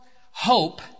hope